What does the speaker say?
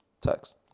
text